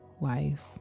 life